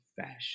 fashion